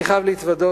אני חייב להתוודות,